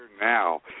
now